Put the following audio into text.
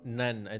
none